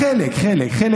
חלק, חלק.